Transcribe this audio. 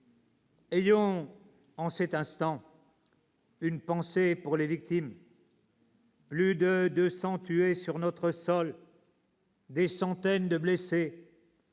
Ayons en cet instant une pensée pour les victimes- plus de 200 tués sur notre sol, des centaines de blessés